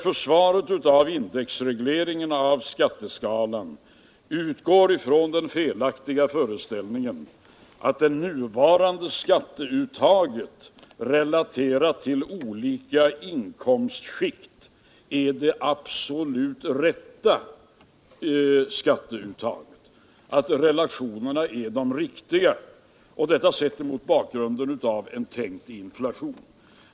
Försvaret av indexregleringen av skatteskalan utgår från den felaktiga föreställningen att det nuvarande skatteuttaget relaterat till olika inkomstskikt är det absolut rätta skatteuttaget, att relationerna är de riktiga — detta sett mot bakgrunden av en tänkt inflation.